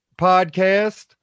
podcast